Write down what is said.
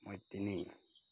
মই তিনেই